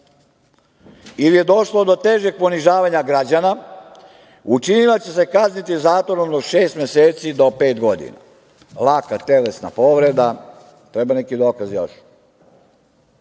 ili je došlo do težeg ponižavanja građana, učinilac će se kazniti zatvorom od šest meseci do pet godina, laka telesna povreda, treba li neki dokaz